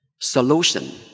solution